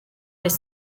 des